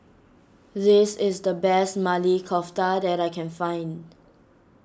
this is the best Maili Kofta that I can find